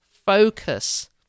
Focus